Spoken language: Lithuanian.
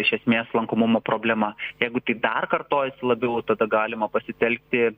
iš esmės lankomumo problema jeigu tai dar kartojasi labiau tada galima pasitelkti